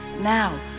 now